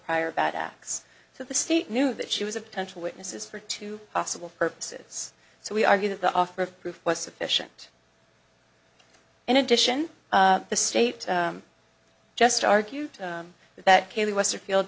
prior bad acts so the state knew that she was a potential witnesses for two possible purposes so we argue that the offer of proof was sufficient in addition the state just argued that caylee westerfield